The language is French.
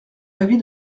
l’avis